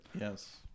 yes